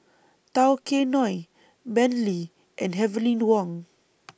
Tao Kae Noi Bentley and Heavenly Wang